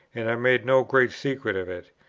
and i made no great secret of it.